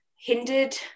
hindered